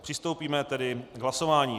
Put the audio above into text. Přistoupíme tedy k hlasování.